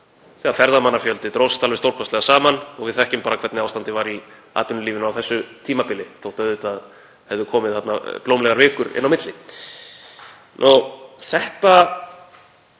þegar ferðamannafjöldinn dróst alveg stórkostlega saman. Við þekkjum hvernig ástandið var í atvinnulífinu á þessu tímabili þótt auðvitað hefðu komið þarna blómlegar vikur inn á milli. Þetta